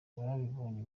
ababibonye